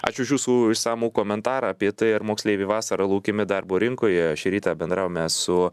ačiū už jūsų išsamų komentarą apie tai ar moksleiviai vasarą laukiami darbo rinkoje šį rytą bendravome su